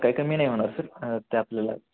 काय कमी नाही होणार सर त्या आपल्याला